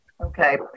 Okay